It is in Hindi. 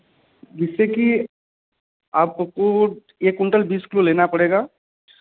जिससे कि आपको कुऊद एक कुंटल बीस किलो लेना पड़ेगा